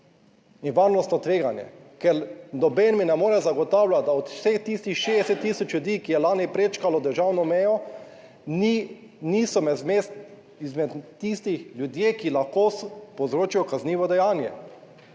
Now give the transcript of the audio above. in varnostno tveganje, ker noben mi ne more zagotavljati, da od vseh tistih 60 tisoč ljudi, ki je lani prečkalo državno mejo, niso me zmes izmed tistih ljudje, ki lahko povzročijo kaznivo dejanje.